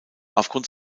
aufgrund